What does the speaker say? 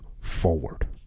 forward